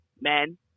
men